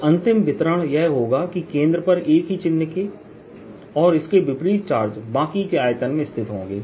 तो अंतिम वितरण यह होगा कि केंद्र पर एक ही चिन्ह के और उसके विपरीत चार्ज बाकी के आयतन में स्थित होंगे